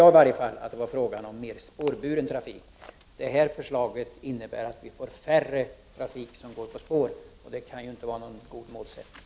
Jag trodde då att det var fråga om mer spårburen trafik. Det här förslaget innebär att en mindre andel av trafiken går på spår, vilket inte kan vara någon god målsättning.